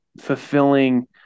fulfilling